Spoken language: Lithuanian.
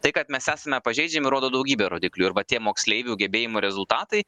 tai kad mes esame pažeidžiami rodo daugybė rodiklių ir va tie moksleivių gebėjimų rezultatai